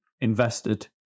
invested